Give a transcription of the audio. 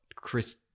Chris